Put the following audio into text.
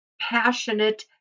passionate